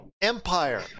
empire